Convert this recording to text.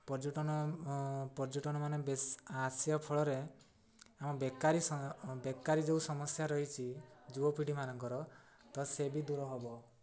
ପର୍ଯ୍ୟଟନ ପର୍ଯ୍ୟଟନମାନେ ବେଶ ଆସିବା ଫଳରେ ଆମ ବେକାରୀ ବେକାରୀ ଯେଉଁ ସମସ୍ୟା ରହିଛି ଯୁବପିଢ଼ିମାନଙ୍କର ତ ସେ ବି ଦୂର ହବ